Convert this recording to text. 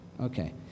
Okay